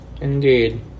Indeed